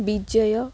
ବିଜୟ